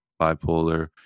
bipolar